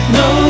no